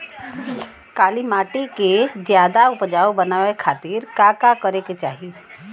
काली माटी के ज्यादा उपजाऊ बनावे खातिर का करे के चाही?